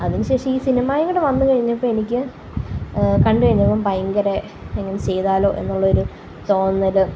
അതിനു ശേഷം ഈ സിനിമയും കൂടെ വന്ന് കഴിഞ്ഞപ്പോൾ എനിക്ക് കണ്ടു കഴിഞ്ഞപ്പം ഭയങ്കര ഇങ്ങനെ ചെയ്താലോ എന്നുള്ള ഒരു തോന്നല്